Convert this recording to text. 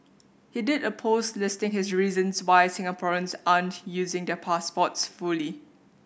he did a post listing his reasons why Singaporeans aren't using their passports fully